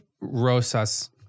Rosas